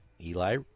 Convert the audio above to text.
Eli